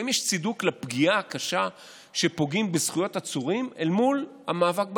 אם יש צידוק לפגיעה קשה שפוגעים בזכויות עצורים אל מול המאבק בנגיף,